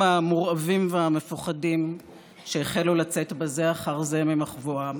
המורעבים והמפוחדים שהחלו לצאת זה אחר זה ממחבואם.